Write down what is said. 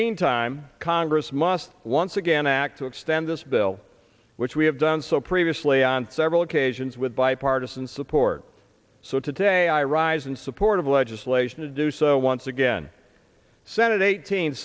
meantime congress must once again act to extend this bill which we have done so previously on several occasions with bipartisan support so today i rise in support of legislation to do so once again senate eight